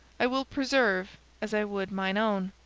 i will preserve as i would mine own,